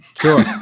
Sure